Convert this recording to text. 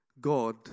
God